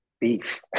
beef